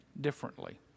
differently